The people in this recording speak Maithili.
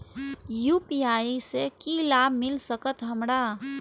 यू.पी.आई से की लाभ मिल सकत हमरा?